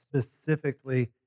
specifically